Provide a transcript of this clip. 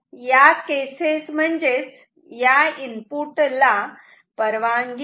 तर या केसेस म्हणजेच या इनपुटला परवानगी नाही